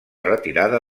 retirada